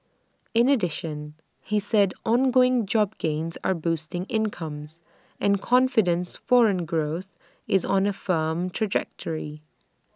in addition he said ongoing job gains are boosting incomes and confidence foreign growth is on A firm trajectory